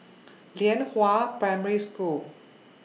Lianhua Primary School